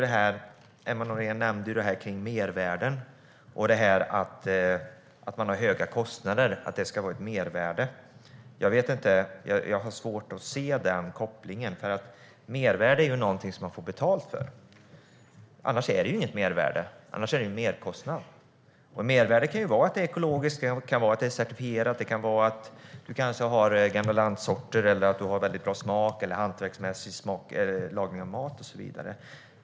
Emma Nohrén nämnde mervärden och att man har höga kostnader, att det ska vara ett mervärde. Jag har svårt att se den kopplingen. Mervärde är något som man får betalt för. Annars är det inget mervärde utan en merkostnad. Mervärde kan vara att det är ekologiskt, att det är certifierat, att man har gamla lantsorter, att man har väldigt bra smak eller hantverksmässig lagning av mat eller något annat.